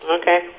Okay